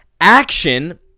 action